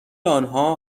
آنها